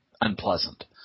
unpleasant